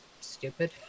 stupid